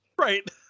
Right